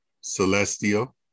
celestial